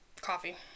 Coffee